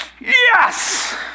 yes